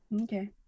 okay